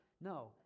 No